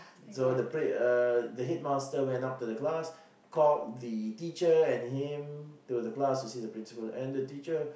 so the pri~ uh the headmaster went up to the class called the teacher and him to the class to see the principle and the teacher